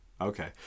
Okay